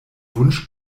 wunsch